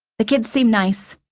the kids seem nice.